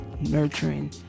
nurturing